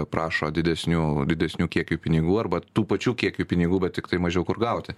prašo didesnių didesnių kiekių pinigų arba tų pačių kiekių pinigų bet tiktai mažiau kur gauti